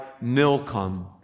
Milcom